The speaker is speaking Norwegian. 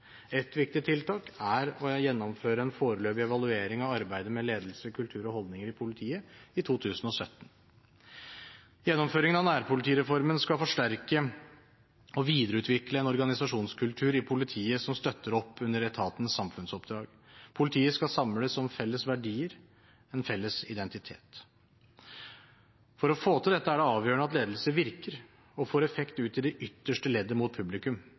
viktig tiltak er å gjennomføre en foreløpig evaluering av arbeidet med ledelse, kultur og holdninger i politiet i 2017. Gjennomføringen av nærpolitireformen skal forsterke og videreutvikle en organisasjonskultur i politiet som støtter opp under etatens samfunnsoppdrag. Politiet skal samles om felles verdier, en felles identitet. For å få til dette er det avgjørende at ledelse virker og får effekt ut i det ytterste leddet mot publikum.